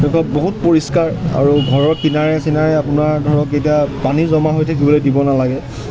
এনেকুৱা বহুত পৰিষ্কাৰ আৰু ঘৰৰ কিনাৰে চিনাৰে আপোনাৰ ধৰক এতিয়া পানী জমা হৈ থাকিবলৈ দিব নালাগে